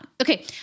Okay